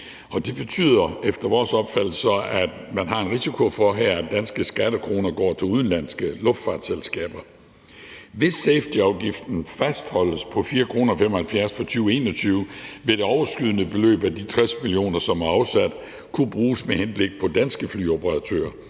så, at man har en risiko for her, at danske skattekroner går til udenlandske luftfartsselskaber. Hvis safetyafgiften fastholdes på 4,75 kr. for 2021, vil det overskydende beløb af de 60 mio. kr., som er afsat, kunne bruges med henblik på danske flyoperatører.